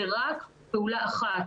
וזאת רק פעולה אחת.